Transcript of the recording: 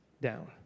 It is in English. down